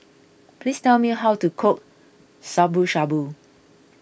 please tell me how to cook Shabu Shabu